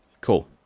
cool